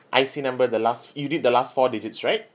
I_C number the last you did the last four digits right